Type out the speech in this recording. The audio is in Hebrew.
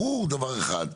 ברור דבר אחד: